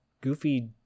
goofy